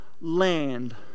land